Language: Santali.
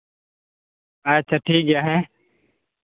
ᱟᱪᱪᱷᱟ ᱴᱷᱤᱠ ᱜᱮᱭᱟ ᱦᱮᱸ